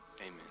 amen